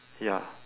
ya